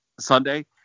Sunday